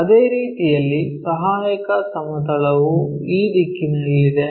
ಅದೇ ರೀತಿಯಲ್ಲಿ ಸಹಾಯಕ ಸಮತಲವು ಈ ದಿಕ್ಕಿನಲ್ಲಿದೆ